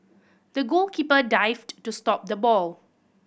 the goalkeeper dived to stop the ball